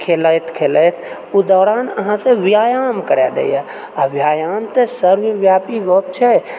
खेलैत खेलैत ओ दौरान अहाँसँ व्यायाम करा दैए आओर व्यायाम तऽ सर्वव्यापी गप्प छै